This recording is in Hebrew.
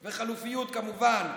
וחלופיות, כמובן.